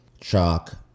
chalk